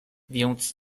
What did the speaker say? więc